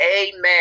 Amen